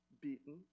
beaten